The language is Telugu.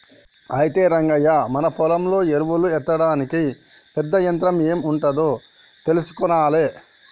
అయితే రంగయ్య మన పొలంలో ఎరువులు ఎత్తడానికి పెద్ద యంత్రం ఎం ఉంటాదో తెలుసుకొనాలే